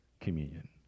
communion